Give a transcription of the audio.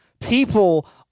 people